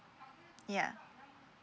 yeah